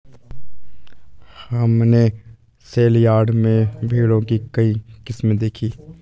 हमने सेलयार्ड में भेड़ों की कई किस्में देखीं